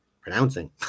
pronouncing